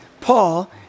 Paul